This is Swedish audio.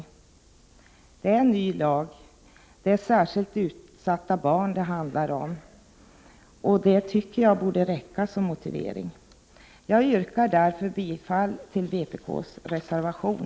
Det är en ny lag, och det är särskilt utsatta barn det handlar om. Det tycker jag borde räcka som motivering. Jag yrkar bifall till vpk:s reservation.